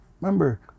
Remember